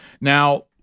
Now